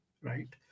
right